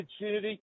opportunity